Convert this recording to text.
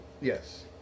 Yes